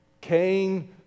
Cain